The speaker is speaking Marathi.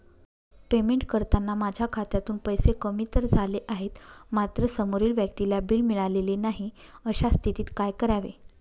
पेमेंट करताना माझ्या खात्यातून पैसे कमी तर झाले आहेत मात्र समोरील व्यक्तीला बिल मिळालेले नाही, अशा स्थितीत काय करावे?